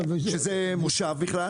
שזה מושב בכלל,